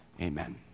Amen